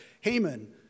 Haman